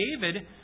David